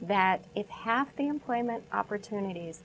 that if half the employment opportunities